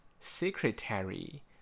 Secretary